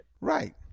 Right